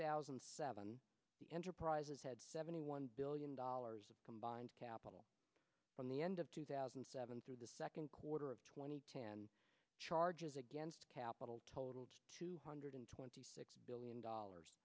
thousand and seven the enterprises had seventy one billion dollars in combined capital from the end of two thousand and seven through the second quarter of twenty ten charges against capital totaled two hundred twenty six billion dollars